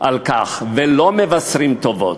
על כך ולא מבשרים טובות.